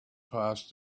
past